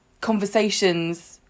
conversations